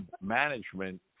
management